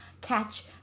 catch